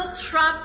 Trump